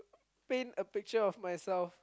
paint a picture of myself